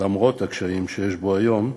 למרות הקשיים שיש בו היום,